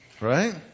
Right